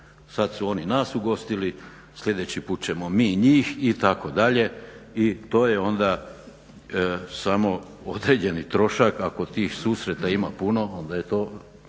Sad su oni nas ugostili, sljedeći put ćemo mi njih itd. i to je onda samo određeni trošak ako tih susreta ima puno, onda je to